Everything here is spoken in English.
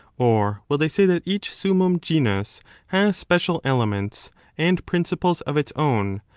or will they say that each summum genus has special elements and principles of its own,